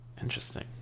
interesting